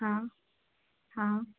हाँ हाँ